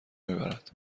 میبرد